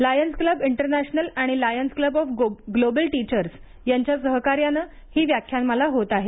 Lions club international आणि lions club of global teachers यांच्या सहकार्याने ही व्याख्यानमाला होत आहे